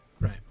Right